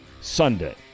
Sunday